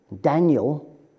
Daniel